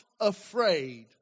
afraid